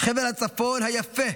חבל הצפון היפה,